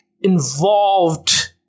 involved